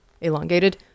elongated